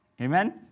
Amen